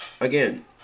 Again